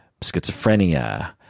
schizophrenia